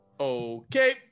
Okay